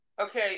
Okay